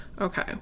Okay